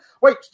Wait